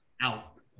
Out